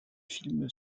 film